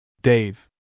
Dave